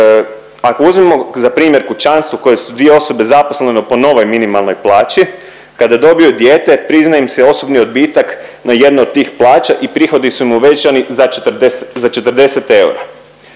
Ako uzmemo za primjer kućanstvo koje su dvije osobe zaposlene po novoj minimalnoj plaći, kada dobiju dijete prizna im se osobni odbitak na jednu od tih plaća i prihodi su im uvećani za 40 eura.